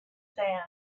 sand